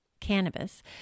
cannabis